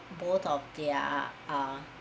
both of their uh